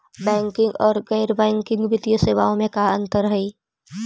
Banking और गैर banking वित्तीय सेवाओं में का अंतर हइ?